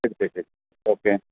ശരി ശരി ശരി ഓക്കെ